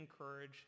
encourage